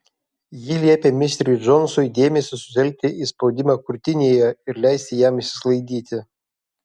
ji liepė misteriui džonsui dėmesį sutelkti į spaudimą krūtinėje ir leisti jam išsisklaidyti